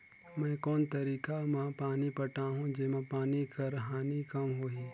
मैं कोन तरीका म पानी पटाहूं जेमा पानी कर हानि कम होही?